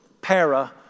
Para